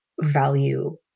value